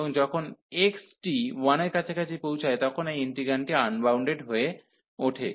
এবং যখন x টি 1 এর কাছাকাছি পৌঁছায় তখন এই ইন্টিগ্রান্ডটি আনবাউন্ডেড হয়ে ওঠে